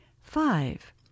Five